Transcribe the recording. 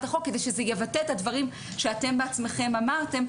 החוק כדי שזה יבטא את הדברים שאתם בעצמכם אמרתם,